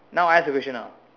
now I ask a question now